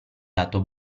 dato